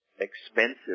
expensive